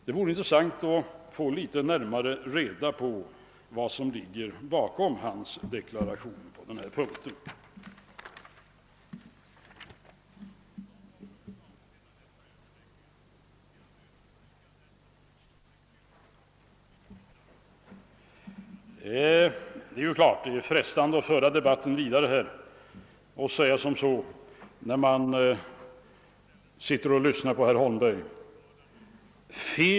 Det vore intressant att få närmare reda på vad som ligger bakom hans deklaration på denna punkt. Herr Holmberg för debatten vidare och säger.